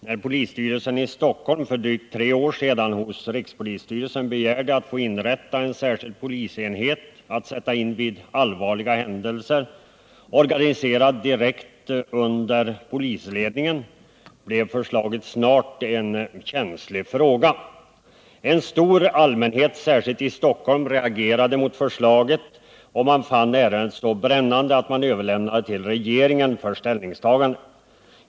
Herr talman! När polisstyrelsen i Stockholm för drygt tre år sedan hos rikspolisstyrelsen begärde att få inrätta en särskild polisenhet att sättas in vid allvarliga händelser, organiserad direkt under polisledningen, blev förslaget snart en känslig fråga. En stor allmänhet, särskilt i Stockholm, reagerade mot förslaget, och man fann ärendet så brännande att man överlämnade det till regeringen för ställningstagande.